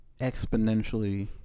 exponentially